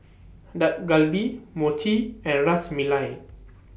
Dak Galbi Mochi and Ras Melai